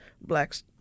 blacks